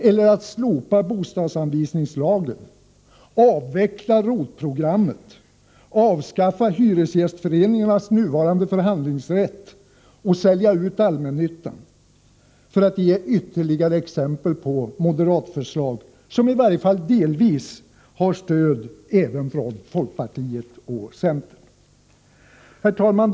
Eller att slopa bostadsanvisningslagen, avveckla ROT-programmet, avskaffa hyresgästföreningarnas nuvarande förhandlingsrätt och sälja ut allmännyttan, för att ge ytterligare exempel på moderatförslag, som i varje fall delvis har stöd även från folkpartiet och centern? Herr talman!